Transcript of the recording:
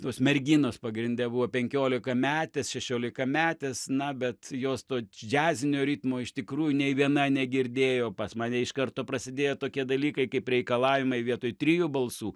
tos merginos pagrinde buvo penkiolikametės šešiolikametės na bet jos to džiazinio ritmo iš tikrųjų nei viena negirdėjo pas mane iš karto prasidėjo tokie dalykai kaip reikalavimai vietoj trijų balsų